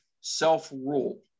self-rule